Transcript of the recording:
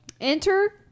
enter